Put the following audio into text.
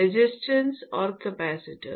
resistors और capacitor